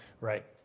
Right